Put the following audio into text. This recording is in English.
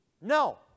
No